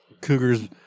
Cougars